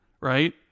right